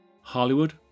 Hollywood